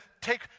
take